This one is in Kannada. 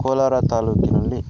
ಕೋಲಾರ ತಾಲೂಕಿನಲ್ಲಿ